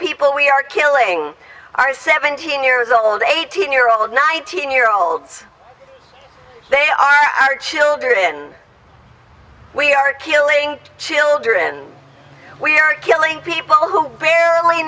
people we are killing are seventeen years old eighteen year old nineteen year olds they are children we are killing children we are killing people who barely